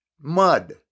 mud